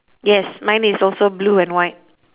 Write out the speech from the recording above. yes mine is also blue and white